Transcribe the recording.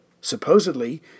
supposedly